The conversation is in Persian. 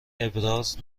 ابراز